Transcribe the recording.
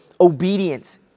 obedience